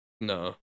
No